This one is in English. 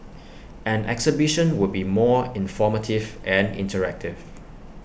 an exhibition would be more informative and interactive